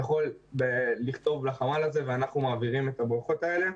יכול לכתוב לחמ"ל הזה ואנחנו מעבירים את הברכות האלה.